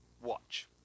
watch